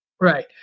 Right